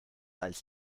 als